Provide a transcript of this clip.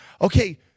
Okay